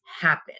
happen